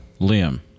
Liam